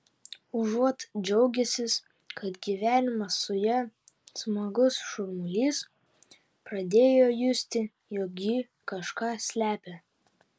užuot džiaugęsis kad gyvenimas su ja smagus šurmulys pradėjo justi jog ji kažką slepia